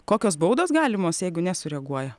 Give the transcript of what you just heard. kokios baudos galimos jeigu nesureaguoja